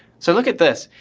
so look at this,